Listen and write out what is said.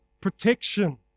protection